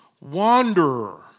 wanderer